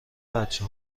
بچه